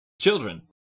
Children